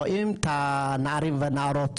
רואים את הנערים והנערות